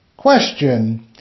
Question